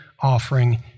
offering